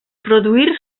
produir